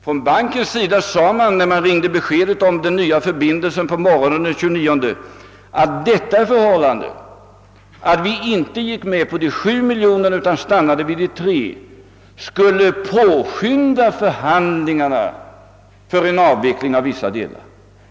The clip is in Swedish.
Från bankens sida sade man, när man ringde och gav beskedet om den nya förbindelsen på morgonen den 29, att det förhållandet att vi inte gick med på de 7 millionerna utan stannade vid 3 skulle påskynda förhandlingarna för en avveckling av vissa delar av verksamheten där uppe.